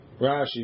Rashi